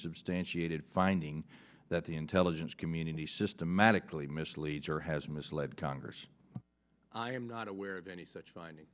substantiated finding that the intelligence community systematically mislead or has misled congress i am not aware of any such finding